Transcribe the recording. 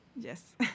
Yes